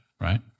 right